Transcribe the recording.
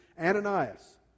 Ananias